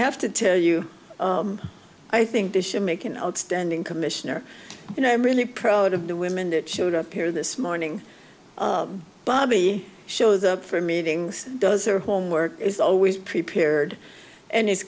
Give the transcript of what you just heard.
have to tell you i think this should make an outstanding commissioner and i'm really proud of the women that showed up here this morning bobbie shows up for meetings does their homework is always prepared and i